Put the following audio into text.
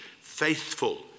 faithful